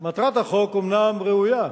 מטרת החוק אומנם ראויה,